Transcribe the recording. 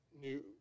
new